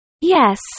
Yes